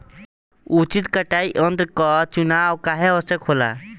उचित कटाई यंत्र क चुनाव काहें आवश्यक होला?